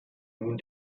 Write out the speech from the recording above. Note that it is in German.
nun